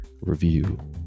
review